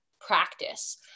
practice